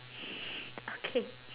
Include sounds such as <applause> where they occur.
<breath> okay